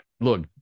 look